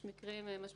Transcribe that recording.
יש מקרים משבריים,